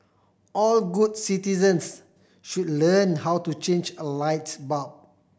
all good citizens should learn how to change a lights bulb